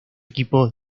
equipos